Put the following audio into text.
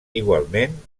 igualment